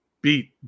beat